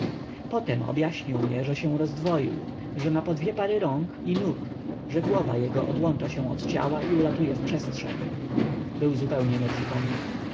objaśnił mię że się rozdwoił że ma po dwie pary rąk i nóg że głowa jego odłącza się od ciała i ulatuje w przestrzeń był zupełnie nieprzytomny